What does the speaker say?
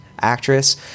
actress